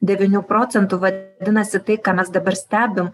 devynių procentų vadinasi tai ką mes dabar stebim